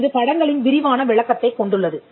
இது படங்களின் விரிவான விளக்கத்தைக் கொண்டுள்ளது